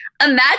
Imagine